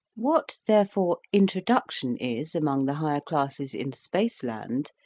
what therefore introduction is among the higher classes in spaceland,